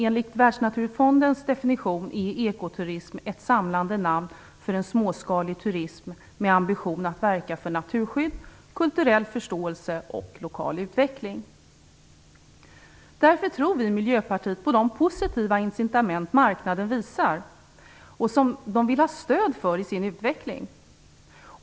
Enligt Världsnaturfondens definition är ekoturism ett samlande namn för en småskalig turism med ambition att verka för naturskydd, kulturell förståelse och lokal utveckling. Därför tror vi i Miljöpartiet på de positiva incitament som finns på marknaden och som den vill ha stöd för i sin utveckling.